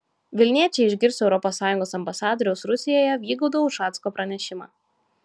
vilniečiai išgirs europos sąjungos ambasadoriaus rusijoje vygaudo ušacko pranešimą